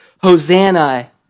Hosanna